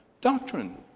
doctrine